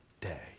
day